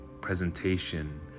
presentation